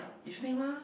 evening mah